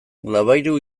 labayru